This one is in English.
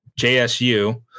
JSU